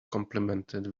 complimented